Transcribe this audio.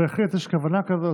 בהחלט יש כוונה כזו.